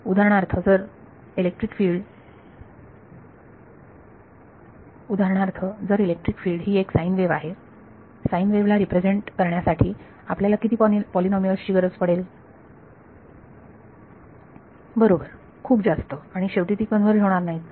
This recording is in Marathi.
उदाहरणार्थ जर इलेक्ट्रिक फिल्ड ही एक साईन वेव्ह आहे साईन वेव्ह ला रिप्रेझेंट करण्यासाठी आपल्याला किती पॉलीनोमिअल्स ची गरज पडेल बरोबर खूप जास्त आणि शेवटी ती कन्वर्ज होणार नाहीत